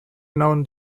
known